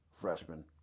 freshman